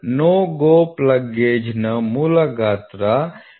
NO GO plug ಗೇಜ್ನ ಮೂಲ ಗಾತ್ರ 25